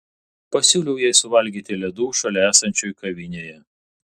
pasiūliau jai suvalgyti ledų šalia esančioj kavinėje